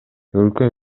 өлкө